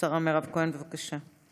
השרה מירב כהן, בבקשה.